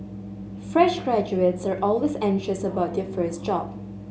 fresh graduates are always anxious about difference job